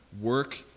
work